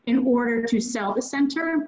in order to sell the center